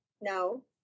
No